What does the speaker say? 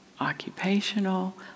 occupational